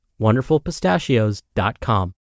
wonderfulpistachios.com